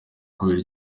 kubera